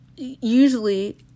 usually